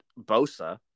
Bosa